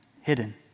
hidden